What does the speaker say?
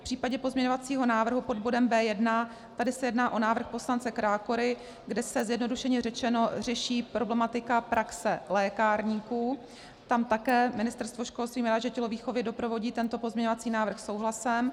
V případě pozměňovacího návrhu pod bodem B1, tady se jedná o návrh poslance Krákory, kde se, zjednodušeně řečeno, řeší problematika praxe lékárníků, tam také Ministerstvo školství, mládeže a tělovýchovy doprovodí tento pozměňovací návrh souhlasem.